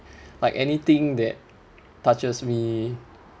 like anything that touches me